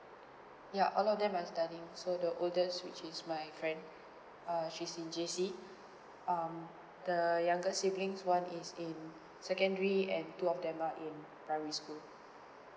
ya a lot of them are studying so the oldest which is my friend uh she's in J_C um the younger siblings one is in secondary and two of them are in primary school